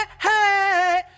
hey